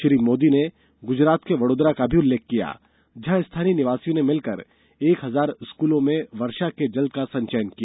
श्री मोदी ने गुजरात के वड़ोदरा का भी उल्लेख किया जहां स्थानीय निवासियों ने मिलकर एक हजार स्कूलों में वर्षा के जल का संचय किया